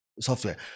software